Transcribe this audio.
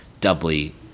doubly